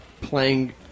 playing